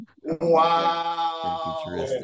wow